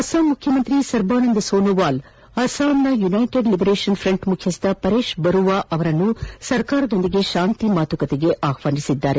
ಅಸ್ಲಾಂ ಮುಖ್ಯಮಂತ್ರಿ ಸರ್ಬಾನಂದ್ ಸೊನೊವಾಲ್ ಅಸ್ಲಾಂನ united liberation front ಮುಖ್ಯಸ್ಥ ಪರೇಶ್ ಬರುಪಾ ಅವರನ್ನು ಸರ್ಕಾರದೊಂದಿಗೆ ಶಾಂತಿ ಮಾತುಕತೆಗೆ ಆಹ್ವಾನಿಸಿದ್ದಾರೆ